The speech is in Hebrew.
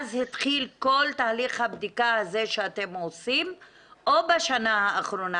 מאז התחיל כל תהליך הבדיקה הזה שאתם עושים או בשנה האחרונה?